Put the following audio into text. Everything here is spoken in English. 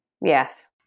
Yes